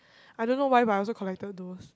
I don't know why but I also collected those